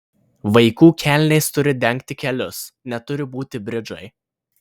vaikų kelnės turi dengti kelius neturi būti bridžai